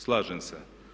Slažem se.